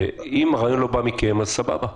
אם הרעיון לא בא מכם, אז סבבה.